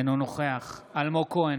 אינו נוכח אלמוג כהן,